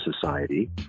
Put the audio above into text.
society